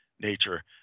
nature